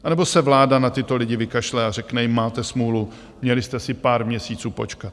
Anebo se vláda na tyto lidi vykašle a řekne jim, máte smůlu, měli jste si pár měsíců počkat.